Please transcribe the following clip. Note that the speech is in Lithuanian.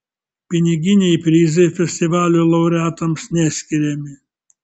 piniginiai prizai festivalio laureatams neskiriami